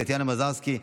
טטיאנה מזרסקי,